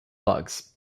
bugs